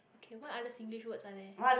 okay what other singlish words are there